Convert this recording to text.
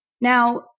Now